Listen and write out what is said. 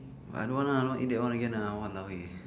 I don't want lah don't eat that one again !walao! eh